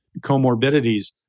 comorbidities